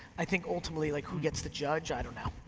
i think ultimately like who gets to judge? i don't know.